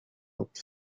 but